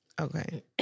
Okay